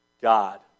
God